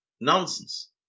Nonsense